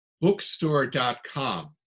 Bookstore.com